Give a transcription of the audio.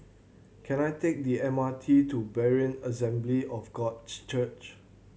can I take the M R T to Berean Assembly of Church